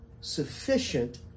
Sufficient